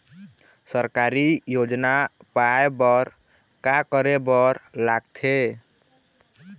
सरकारी योजना पाए बर का करे बर लागथे?